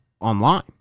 online